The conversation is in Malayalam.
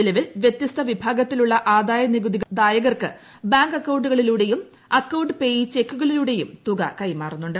നിലവിൽ വ്യത്യസ്ത വിഭാഗത്തിലുള്ള നീകുതിദായകർക്ക് ബാങ്ക് അക്കൌണ്ടുകളിലൂടെയും അക്കൌണ്ട് പേയീ ചെക്കുകളിലൂടെയും തുക കൈമാറുന്നുണ്ട്